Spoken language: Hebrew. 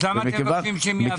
למה אתם חושבים שהם יעבירו?